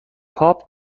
پاپ